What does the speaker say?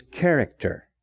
character